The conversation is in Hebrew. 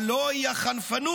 הלוא היא החנפנות"